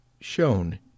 shown